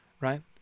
right